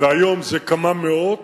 והיום זה כמה מאות,